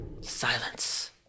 Silence